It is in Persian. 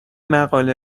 مقاله